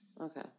Okay